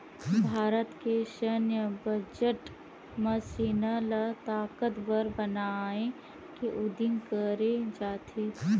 भारत के सैन्य बजट म सेना ल ताकतबर बनाए के उदिम करे जाथे